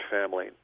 family